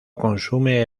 consume